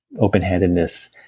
open-handedness